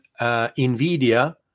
NVIDIA